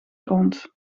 grond